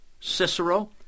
Cicero